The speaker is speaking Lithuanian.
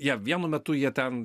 jie vienu metu jie ten